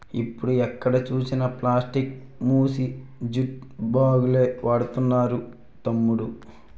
ఇప్పుడు ఎక్కడ చూసినా ప్లాస్టిక్ మానేసి జూట్ బాగులే వాడుతున్నారు తమ్ముడూ